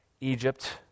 Egypt